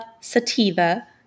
sativa